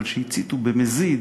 אבל שהציתו במזיד,